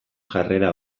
jarrera